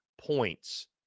points